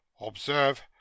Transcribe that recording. observe